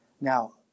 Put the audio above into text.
Now